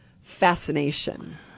fascination